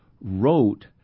wrote